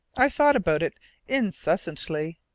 i thought about it incessantly.